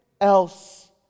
else